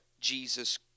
Jesus